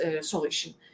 solution